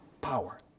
Power